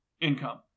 income